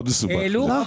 אני אפשט את זה.